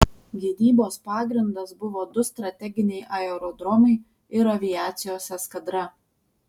gynybos pagrindas buvo du strateginiai aerodromai ir aviacijos eskadra